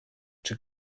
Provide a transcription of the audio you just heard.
czy